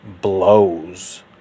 blows